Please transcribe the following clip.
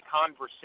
conversation